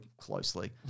closely